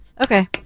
Okay